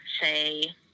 say